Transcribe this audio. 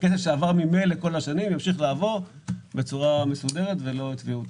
התקן שעבר כל השנים ימשיך לעבור בצורה מסודרת בלי שיתבעו אותנו.